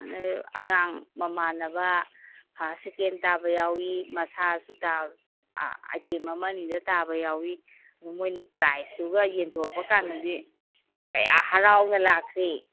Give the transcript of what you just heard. ꯑꯗꯨ ꯑꯉꯥꯡ ꯃꯃꯥꯟꯅꯕ ꯐꯥꯔꯁ ꯁꯦꯀꯦꯟ ꯇꯥꯕ ꯌꯥꯎꯏ ꯃꯁꯥꯁꯨ ꯇꯥꯕ ꯑꯥꯏꯇꯦꯝ ꯑꯃ ꯑꯅꯤꯗ ꯇꯥꯕ ꯌꯥꯎꯏ ꯃꯣꯏꯅ ꯄ꯭ꯔꯥꯏꯖꯇꯨꯒ ꯌꯦꯟꯊꯣꯛꯄꯀꯥꯟꯗꯗꯤ ꯀꯌꯥ ꯍꯔꯥꯎꯅ ꯂꯥꯛꯈ꯭ꯔꯦ